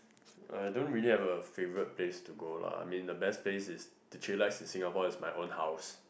uh don't really have a favourite place to go lah I mean the best place is to chillax in Singapore is my own house